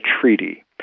treaty